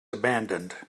abandoned